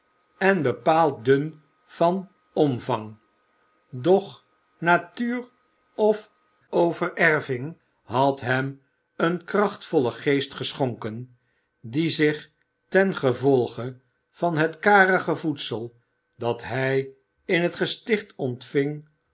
en bepaald dun van omvang doch natuur of overerving had hem een krachtvollen geest geschonken die zich ten gevolge van het karige voedsel dat hij in het gesticht ontving